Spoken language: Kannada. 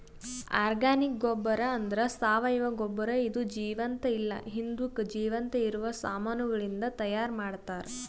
ಆರ್ಗಾನಿಕ್ ಗೊಬ್ಬರ ಅಂದ್ರ ಸಾವಯವ ಗೊಬ್ಬರ ಇದು ಜೀವಂತ ಇಲ್ಲ ಹಿಂದುಕ್ ಜೀವಂತ ಇರವ ಸಾಮಾನಗಳಿಂದ್ ತೈಯಾರ್ ಮಾಡ್ತರ್